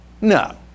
No